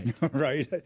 Right